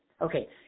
Okay